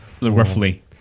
roughly